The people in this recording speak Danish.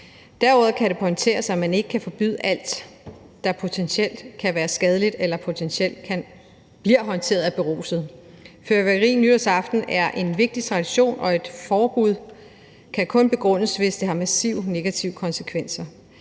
Derudover kan det pointeres, at man ikke kan forbyde alt, der potentielt kan være skadeligt eller potentielt bliver håndteret af berusede. Fyrværkeri nytårsaften er en vigtig tradition, og et forbud kan kun begrundes, hvis noget har massive negative konsekvenser.